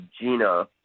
Gina